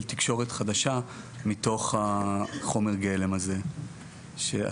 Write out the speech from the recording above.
תקשורת חדשה מתוך חומר הגלם הזה שאספתי.